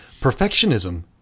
perfectionism